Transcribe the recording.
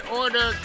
order